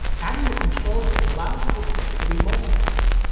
adding the control grid allows the display to be multiplexed.